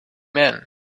men